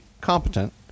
competent